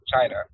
China